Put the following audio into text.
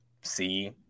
see